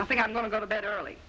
i think i'm going to go to bed early